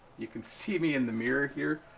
you can see me in the mirror here.